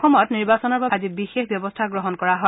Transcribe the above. অসমত নিৰ্বাচনৰ বাবে আজি বিশেষ ব্যৱস্থা গ্ৰহণ কৰা হয়